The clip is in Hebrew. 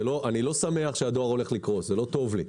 אני לא שמח שהדואר הולך לקרוס, זה לא טוב לי.